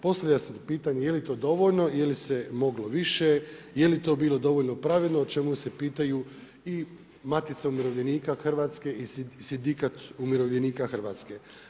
Postavlja se pitanje je li to dovoljno, je li se moglo više, je li to bilo dovoljno pravedno, o čemu se pitaju i matica umirovljenika Hrvatske i Sindikat umirovljenika Hrvatske.